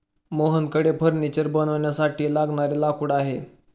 मोहनकडे फर्निचर बनवण्यासाठी लागणारे लाकूड आहे